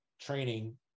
training